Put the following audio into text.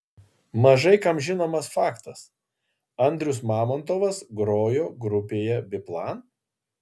mažai kam žinomas faktas andrius mamontovas grojo grupėje biplan